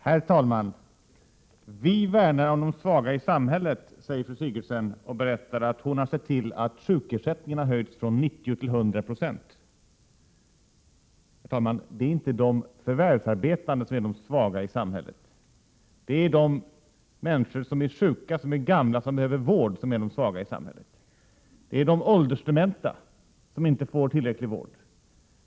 Herr talman! Vi värnar om de svaga i samhället, säger fru Sigurdsen, och berättar att hon sett till att sjukersättningen höjts från 90 till 100 96. Herr talman! Det är inte de förvärvsarbetande som är de svaga i samhället. Det är de sjuka och de gamla som behöver vård som är de svaga i samhället. Det är de åldersdementa som inte får tillräcklig vård.